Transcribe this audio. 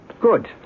Good